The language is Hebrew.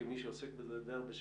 כמי שעוסק בזה די הרבה שנים,